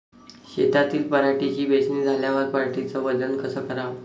शेतातील पराटीची वेचनी झाल्यावर पराटीचं वजन कस कराव?